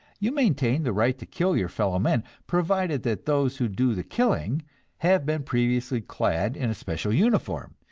you maintain the right to kill your fellow men, provided that those who do the killing have been previously clad in a special uniform,